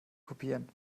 kopieren